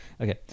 Okay